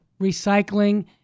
recycling